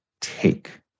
take